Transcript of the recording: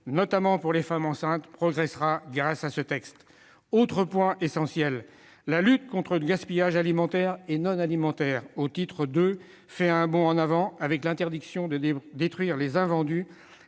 notamment des femmes enceintes, progressera grâce à ce texte. Autre point essentiel, la lutte contre le gaspillage alimentaire et non alimentaire fait un bond en avant, avec l'interdiction, au titre II, de détruire les invendus,